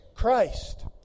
Christ